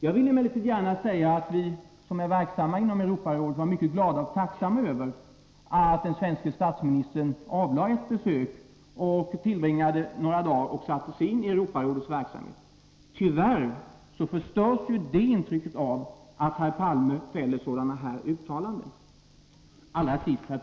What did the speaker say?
Jag vill emellertid gärna säga att vi som är verksamma inom Europarådet är mycket glada och tacksamma över att den svenske statsministern avlade ett besök och tillbringade några dagar där och satte sig in i Europarådets verksamhet. Tyvärr förstörs det intrycket av att herr Palme fäller sådana här uttalanden. Herr talman!